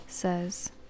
says